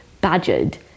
badgered